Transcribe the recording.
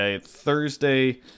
Thursday